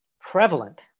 prevalent